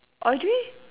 Audrey